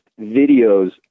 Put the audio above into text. videos